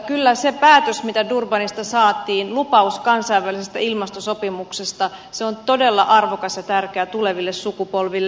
kyllä se päätös mikä durbanista saatiin lupaus kansainvälisestä ilmastosopimuksesta on todella arvokas ja tärkeä tuleville sukupolville